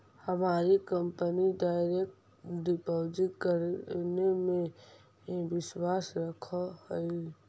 हमारी company direct deposit करने में ही विश्वास रखअ हई